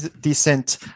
decent